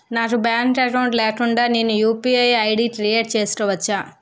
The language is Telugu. నాకు బ్యాంక్ అకౌంట్ లేకుండా నేను యు.పి.ఐ ఐ.డి క్రియేట్ చేసుకోవచ్చా?